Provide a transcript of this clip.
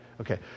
Okay